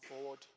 forward